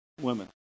women